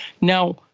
Now